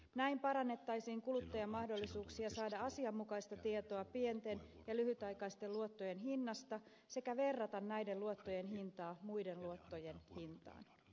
näin parannettaisiin kuluttajan mahdollisuuksia saada asianmukaista tietoa pienten ja lyhytaikaisten luottojen hinnasta sekä verrata näiden luottojen hintaa muiden luottojen hintaan